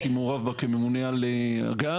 הייתי מעורב בה כממונה על הגז.